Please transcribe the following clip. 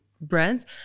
Brands